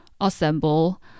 assemble